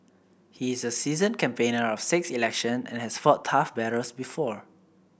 he is a seasoned campaigner of six election and has fought tough battles before